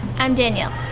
i'm danielle.